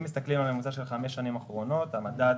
אם מסתכלים על ממוצע של חמש השנים האחרונות, המדד